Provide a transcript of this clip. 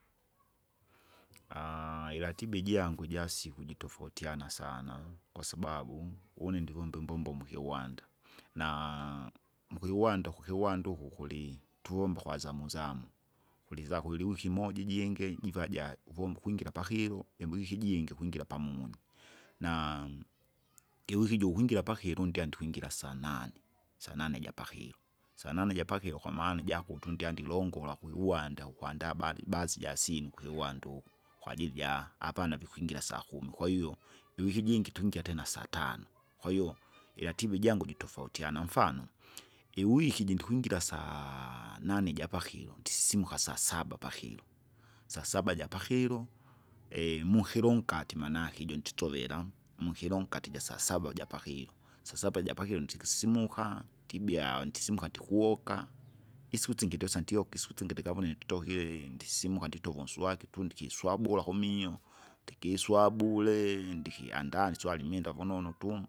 iratiba ijangu ijasiku jitofautiana sana, kwasababu une ndivomba imbombo mukiwanda. Na mukiwanda kukiwanda uko kuli- tuvomba kwa zamu zamu, kulizako iliwiki moja ijingi, jiva ja- uvomba ukwingira pakilo imbikike ijingi kwingira pamunyi. Na ikiwiki jukwingira ppakilo undya ndikwingira ndikwingira sanane sanane ijapakilo sanane ijapakilo kwamaana ijakuti unyandilongola kwuiuwanda ukwanda badi baadhi jasyinu kukiwanda uko kwajili ja apana vikwingira sakumi, kwahiyo iwiki ijingi twingira tena satano, kwahiyo iratiba ijangu jitofautiana, mfano iwiki iji ndikwingira saa nane ijapakilo ndisisimuka sasaba pakilo sasaba japakilo, mukilo unkati manake ijo nditsovela. Mukilo unkati jasaba japakilo, sasaba japakilo ndikisimuka, ndibea ndisimuka ndikuwoka isiku isingi ndiosa ndioka isiku isingi ndikavone nditokie ndisismuka nditova unswaki tu ndikiswabula kumio. Ndikiswabule ndikiandaa nswari imwenda vunonu tu,